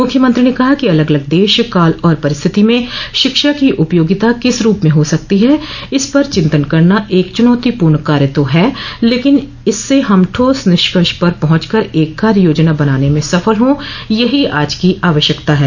मुख्यमंत्री ने कहा कि अलग अलग देश काल और परिस्थिति में शिक्षा की उपयोगिता किस रूप में हो सकती है इस पर चिंतन करना एक चुनौतीपूर्ण कार्य तो हैं लेकिन इससे हम ठोस निष्कर्ष पर पहुंच कर एक कार्य योजना बनाने में सफल हा यही आज की आवश्यकता हैं